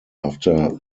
after